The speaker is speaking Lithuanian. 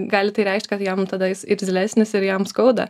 gali tai reikšt kad jam tada jis irzlesnis ir jam skauda